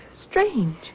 strange